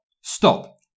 Stop